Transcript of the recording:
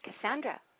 Cassandra